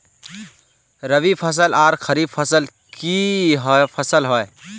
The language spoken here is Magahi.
रवि फसल आर खरीफ फसल की फसल होय?